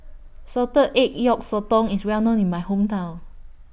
Salted Egg Yolk Sotong IS Well known in My Hometown